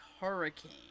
hurricane